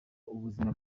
ubuzima